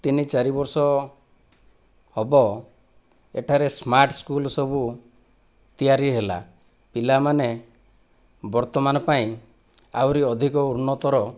ତିନି ଚାରି ବର୍ଷ ହବ ଏଠାରେ ସ୍ମାର୍ଟ ସ୍କୁଲ ସବୁ ତିଆରି ହେଲା ପିଲାମାନେ ବର୍ତ୍ତମାନ ପାଇଁ ଆହୁରି ଅଧିକ ଉନ୍ନତତର